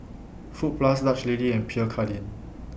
Fruit Plus Dutch Lady and Pierre Cardin